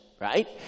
right